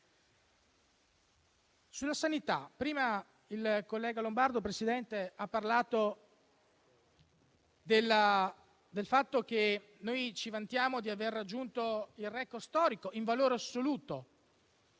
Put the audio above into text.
Presidente, prima il collega Lombardo ha parlato del fatto che noi ci vantiamo di aver raggiunto il *record* storico in valore assoluto